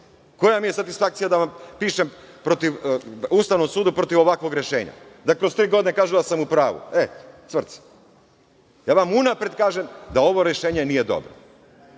Koja mi je statisfakcija da vam pišem Ustavnom sudu protiv ovakvog rešenja? Da kroz tri godine oni kažu da sam u pravu. Cvrc. Ja vam unapred kažem da ovo rešenje nije dobro